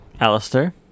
Alistair